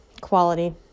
Quality